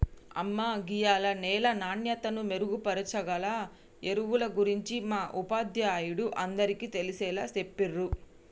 అమ్మ గీయాల నేల నాణ్యతను మెరుగుపరచాగల ఎరువుల గురించి మా ఉపాధ్యాయుడు అందరికీ తెలిసేలా చెప్పిర్రు